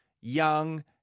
Young